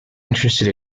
interested